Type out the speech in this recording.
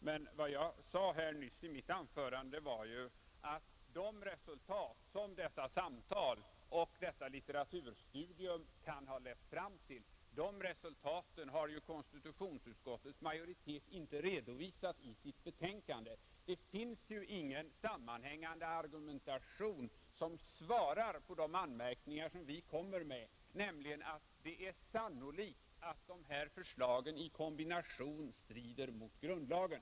Men vad jag sade här nyss i mitt anförande var ju att de resultat som dessa samtal och detta litteraturstudium kan ha lett fram till har konstitutionsutskottets majoritet inte redovisat i sitt betänkande, Det finns ingen sammanhängande argumentation som bemöter den anmärkning vi kommer med, nämligen att det är sannolikt att de här förslagen i kombination strider mot grundlagen.